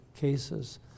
cases